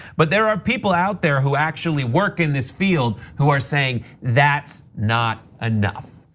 but there are people out there who actually work in this field who are saying that's not enough.